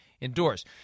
indoors